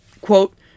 quote